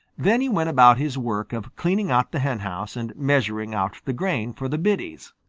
then he went about his work of cleaning out the henhouse and measuring out the grain for the biddies.